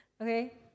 okay